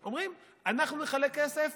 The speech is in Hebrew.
אומרים: אנחנו נחלק כסף